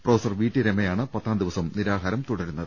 professor V T രമയാണ് പത്താം ദിവസവും നിരാഹാരം തുടരുന്നത്